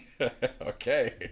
Okay